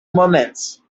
moments